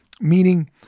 meaning